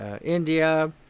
India